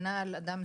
הגנה על אדם מסוים,